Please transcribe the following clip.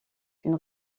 une